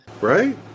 right